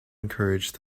encouraged